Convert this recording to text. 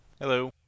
Hello